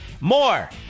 more